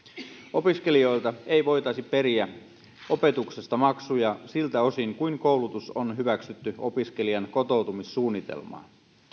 opiskelijoilta ei voitaisi periä opetuksesta maksuja siltä osin kuin koulutus on hyväksytty opiskelijan kotoutumissuunnitelmaan